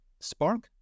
spark